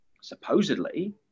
supposedly